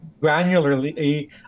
granularly